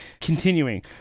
Continuing